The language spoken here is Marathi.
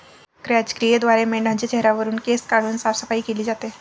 क्रॅच क्रियेद्वारे मेंढाच्या चेहऱ्यावरुन केस काढून साफसफाई केली जाते